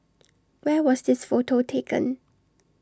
where was this photo taken